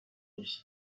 باشی